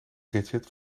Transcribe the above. gadget